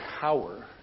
power